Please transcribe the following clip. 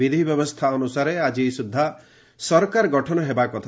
ବିଧିବ୍ୟବସ୍ଥା ଅନୁସାରେ ଆକି ସ୍ତ୍ଧା ସରକାର ଗଠନ ହେବା କଥା